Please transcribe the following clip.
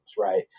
right